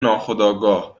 ناخودآگاه